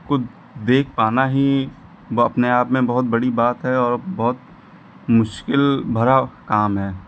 को देख पाना ही अपने आप में बहुत बड़ी बात है और बहुत मुश्किल भरा काम है